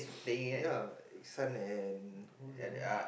ya it's son and who is the name